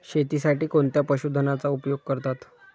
शेतीसाठी कोणत्या पशुधनाचा उपयोग करतात?